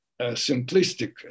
simplistic